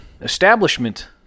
establishment